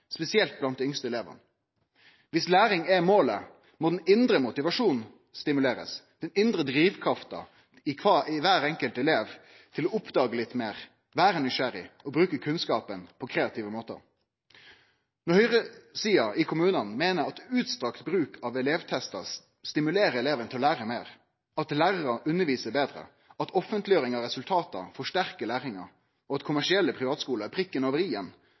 spesielt blant dei yngste elevane. Viss læring er målet, må den indre motivasjonen bli stimulert, den indre drivkrafta i kvar enkelt elev til å oppdage litt meir, vere nysgjerrig og bruke kunnskapen på kreative måtar. Når høyresida i kommunane meiner at utstrekt bruk av elevtestar stimulerer eleven til å lære meir, at lærarar undervisar betre, at offentleggjering av resultat forsterkar læringa, og at kommersielle privatskuler er prikken